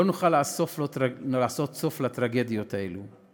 לא נוכל לעשות סוף לטרגדיות האלה.